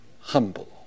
humble